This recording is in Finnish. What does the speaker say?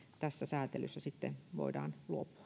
tästä säätelystä sitten voidaan